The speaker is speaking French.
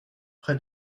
près